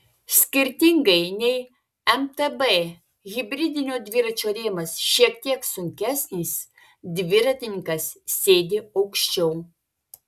skirtingai nei mtb hibridinio dviračio rėmas šiek tiek sunkesnis dviratininkas sėdi aukščiau